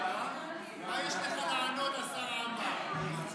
יש לך לענות, השר עמאר?